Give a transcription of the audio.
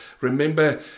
Remember